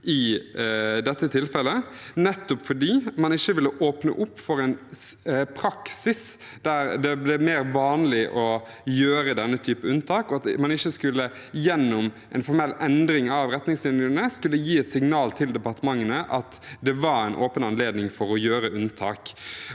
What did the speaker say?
i dette tilfellet. Det var fordi man ikke ville åpne opp for en praksis der det ble mer vanlig å gjøre denne typen unntak, at man ikke gjennom en formell endring av retningslinjene skulle gi et signal til departementene om at det var en åpen anledning for å gjøre unntak,